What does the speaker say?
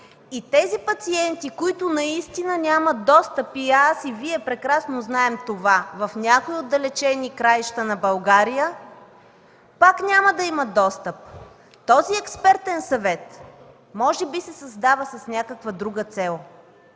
И тези пациенти, които наистина нямат достъп – и аз, и Вие прекрасно знаем това, в някои отдалечени краища на България пак няма да имат достъп. Този експертен съвет може би се създава с някаква друга цел.